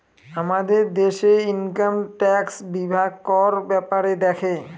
আমাদের দেশে income tax বিভাগ কর ব্যাপারে দেখে